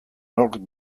nork